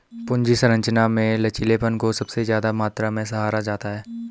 पूंजी संरचना में लचीलेपन को सबसे ज्यादा मात्रा में सराहा जाता है